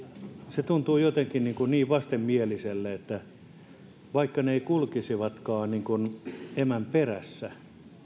se tuntuu jotenkin niin vastenmieliselle että vaikka pennut eivät kulkisikaan emän perässä